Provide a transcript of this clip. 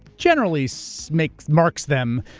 generally so make marks them